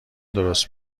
درست